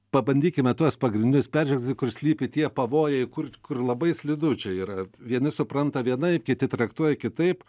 pabandykime tuos pagrindinius peržvelgti kur slypi tie pavojai kur kur labai slidu čia yra vieni supranta vienaip kiti traktuoja kitaip